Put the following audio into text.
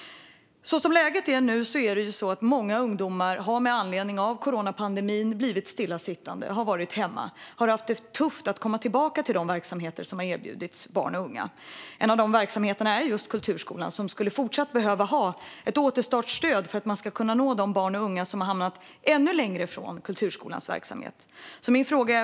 Som läget är nu har många ungdomar på grund av coronapandemin blivit stillasittande och stannat hemma. Det har varit tufft för dem att komma tillbaka till de verksamheter som erbjudits barn och unga. En av de verksamheterna är just kulturskolan, som i fortsättningen skulle behöva ha ett återstartsstöd för att nå de barn och unga som nu har hamnat ännu längre från kulturskolans verksamhet.